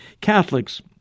Catholics